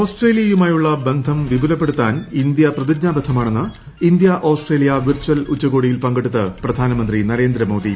ഓസ്ട്രേലിയയുമായുള്ള ബന്ധം വിപുലപ്പെടുത്താൻ ഇന്ത്യ പ്രതിജ്ഞാബദ്ധമാണെന്ന് India Australia virtual ഉച്ചകോടിയിൽ പങ്കെടുത്ത് പ്രധാനമന്ത്രി നരേന്ദ്രമോദി